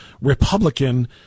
Republican